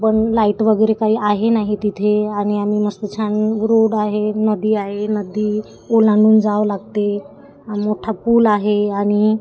पण लाईट वगैरे काही आहे नाही तिथे आणि आम्ही मस्त छान रोड आहे नदी आहे नदी ओलांडून जावं लागते मोठा पूल आहे आणि